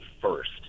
first